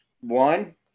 One